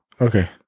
Okay